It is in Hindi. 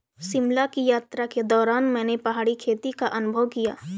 शिमला की यात्रा के दौरान मैंने पहाड़ी खेती का अनुभव किया